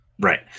Right